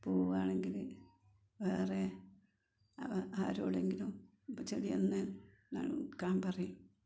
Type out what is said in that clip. പോവുകയാണെങ്കിൽ വേറെ ആരോടെങ്കിലും ഇപ്പം ചെടിയൊന്ന് നനക്കാൻ പറയും